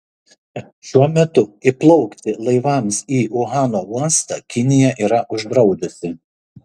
šiuo metu įplaukti laivams į uhano uostą kinija yra uždraudusi